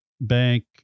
bank